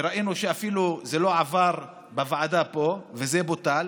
וראינו שאפילו זה לא עבר בוועדה פה וזה בוטל.